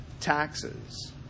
taxes